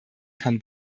kann